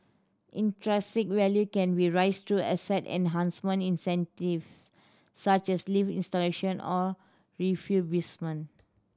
intrinsic value can be raised through asset enhancement initiative such as lift installation or refurbishment